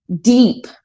deep